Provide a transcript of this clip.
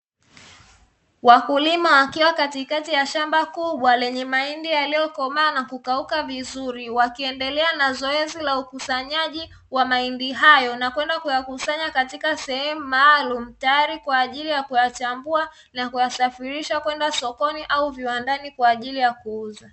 Wakulima wakiwa katikati ya shamba kubwa lenye mahindi yaliyokomaa na kukauka vizuri, wakiendelea na zoezi la ukusanyaji wa mahindi hayo na kwenda kuyakusanya katika sehemu maalumu tayari kwa ajili ya kuyachambua na kuyasafirisha kwenda sokoni au viwandani kwa ajili ya kuuza.